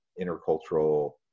intercultural